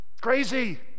Crazy